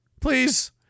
please